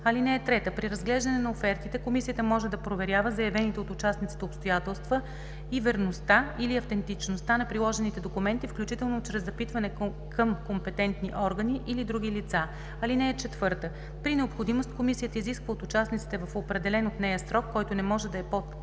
възлагане. (3) При разглеждане на офертите комисията може да проверява заявените от участниците обстоятелства и верността или автентичността на приложени документи, включително чрез запитване към компетентни органи или други лица. (4) При необходимост комисията изисква от участниците в определен от нея срок, който не може да е по-кратък